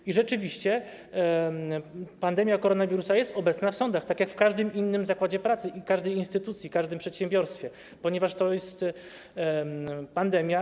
I rzeczywiście pandemia koronawirusa jest obecna w sądach, tak jak w każdym innym zakładzie pracy i w każdej instytucji, w każdym przedsiębiorstwie, ponieważ to jest pandemia.